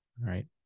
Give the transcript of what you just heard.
right